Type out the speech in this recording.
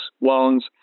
loans